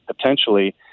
potentially